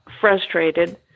frustrated